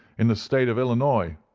in the state of illinois,